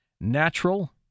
natural